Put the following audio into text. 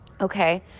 Okay